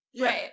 right